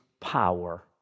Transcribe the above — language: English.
power